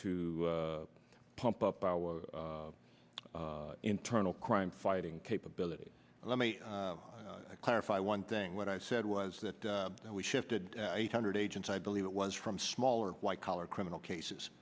to pump up our internal crime fighting capabilities let me clarify one thing what i said was that we shifted eight hundred agents i believe it was from smaller white collar criminal cases